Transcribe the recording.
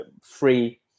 free